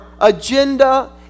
agenda